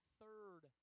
third